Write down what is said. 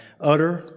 utter